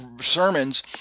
sermons